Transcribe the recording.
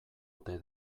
ote